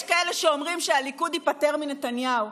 יש כאלה שאומרים שהליכוד ייפטר מנתניהו,